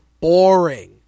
boring